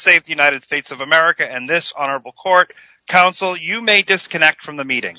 save the united states of america and this honorable court counsel you may disconnect from the meeting